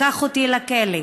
לקח אותי לכלא.